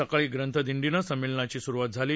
सकाळी ग्रंथदिंडीनं संमेलनाची सुरुवात झाली